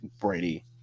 Brady